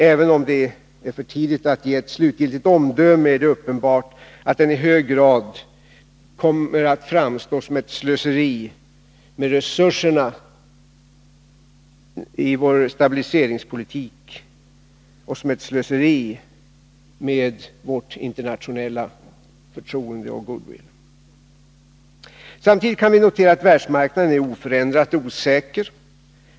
Även om det är för tidigt att ge ett slutgiltigt omdöme, är det uppenbart att den i hög grad kommer att framstå som ett slöseri med resurserna i vår stabiliseringspolitik och som ett slöseri med vårt internationella förtroende och vår goodwill. Samtidigt kan vi notera att världsmarknaden är oförändrat osäker.